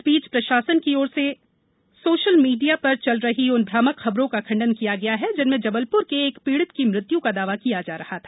इस बीच प्रशासन की ओर से सोशल मीडिया पर चल रही उन भ्रामक खबरों का खण्डन किया गया है जिनमें जबलपुर के एक पीड़ित की मृत्यू का दावा किया जा रहा था